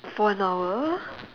for an hour